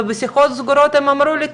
ובשיחות סגורות הם אמרו לי,